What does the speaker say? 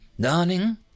Darling